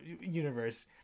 universe